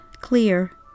clear